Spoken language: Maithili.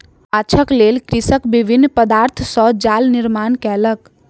माँछक लेल कृषक विभिन्न पदार्थ सॅ जाल निर्माण कयलक